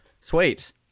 Sweet